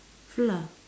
flour